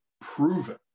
proven